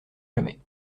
jamais